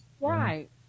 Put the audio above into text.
Right